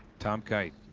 tom kite.